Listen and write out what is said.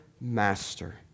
master